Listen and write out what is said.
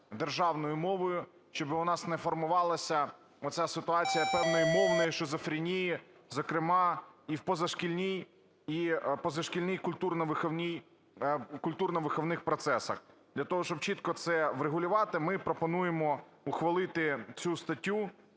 державною мовою, щоб у нас не формувалася оця ситуація певної мовної шизофренії, зокрема, і в позашкільній, і в позашкільних культурно-виховних процесах. Для того, щоб чітко це врегулювати, ми пропонуємо ухвалити цю статтю